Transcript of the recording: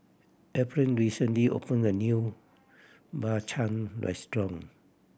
Ephriam recently opened a new Bak Chang restaurant